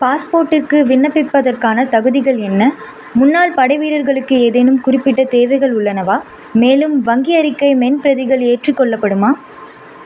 பாஸ்போர்ட்டுக்கு விண்ணப்பிப்பதற்கான தகுதிகள் என்ன முன்னாள் படைவீரர்களுக்கு ஏதேனும் குறிப்பிட்ட தேவைகள் உள்ளனவா மேலும் வங்கி அறிக்கை மென் பிரதிகள் ஏற்றுக்கொள்ளப்படுமா